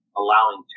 allowing